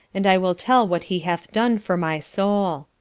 and i will tell what he hath done for my soul.